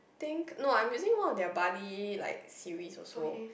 think no I'm using one of their buddy like series also